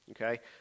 okay